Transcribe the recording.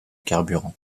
carburant